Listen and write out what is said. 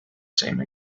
same